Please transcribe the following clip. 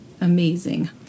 Amazing